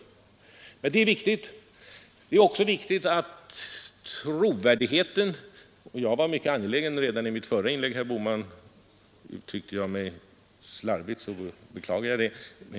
Detta är viktigt och någon som helst ändring av denna inställning som Undén gav så energiska uttryck åt, har inte inträffat.